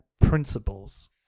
principles